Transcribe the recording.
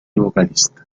vocalista